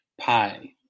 Pi